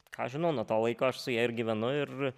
ką aš žinau nuo to laiko aš su ja ir gyvenu ir